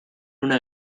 una